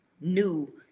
new